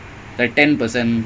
it's even lesser than that